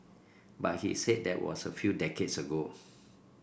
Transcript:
but he said that was a few decades ago